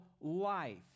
life